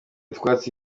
utwatsi